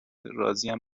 راضیم